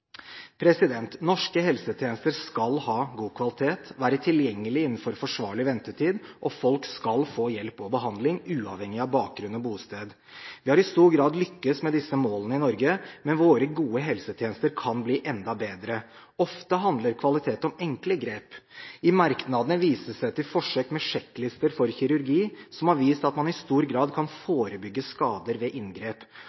Norske helsetjenester skal ha god kvalitet, være tilgjengelige innenfor en forsvarlig ventetid, og folk skal få hjelp og behandling, uavhengig av bakgrunn og bosted. Vi har i stor grad lyktes med disse målene i Norge. Men våre gode helsetjenester kan bli enda bedre. Ofte handler kvalitet om enkle grep. I merknadene vises det til forsøk med sjekklister for kirurgi, som har vist at man i stor grad kan